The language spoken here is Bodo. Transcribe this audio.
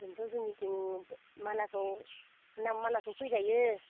जोंथ' जोंनिथिं मानासाव मानासाव फैजायो